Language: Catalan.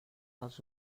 dels